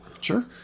Sure